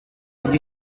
ujye